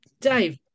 dave